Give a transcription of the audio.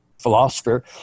philosopher